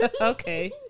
Okay